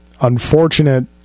unfortunate